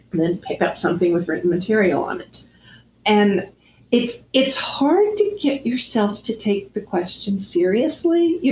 then pick up something with written material on it and it's it's hard to get yourself to take the question seriously. yeah